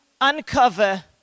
uncover